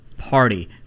party